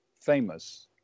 Famous